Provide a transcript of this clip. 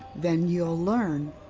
then you'll learn.